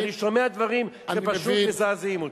אני שומע דברים שפשוט מזעזעים אותי.